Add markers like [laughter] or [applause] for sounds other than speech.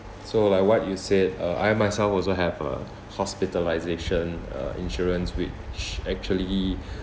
so like what you said uh I myself also have a hospitalization uh insurance which actually [breath]